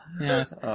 Yes